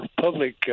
public